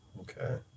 Okay